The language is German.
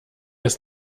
ist